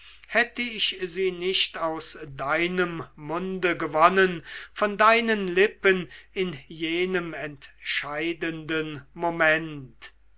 hätte ich sie nicht aus deinem munde gewonnen von deinen lippen in jenem entscheidenden moment